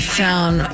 found